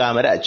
Kamaraj